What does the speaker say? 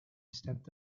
stepped